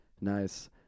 nice